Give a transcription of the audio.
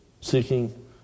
seeking